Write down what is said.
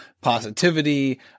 positivity